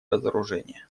разоружения